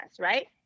right